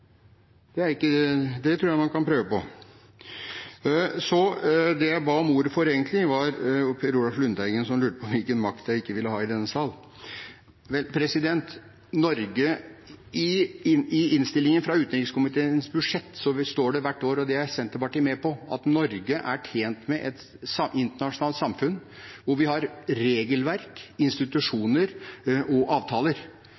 Man kan prøve, men det tror jeg ikke. Det jeg egentlig ba om ordet for, gjaldt Per Olaf Lundteigen, som lurte på hvilken makt jeg ikke ville ha i denne sal. Vel – i innstillingen til utenrikskomiteens budsjett står det hvert år, og det er Senterpartiet med på, at Norge er tjent med et internasjonalt samfunn hvor vi har regelverk,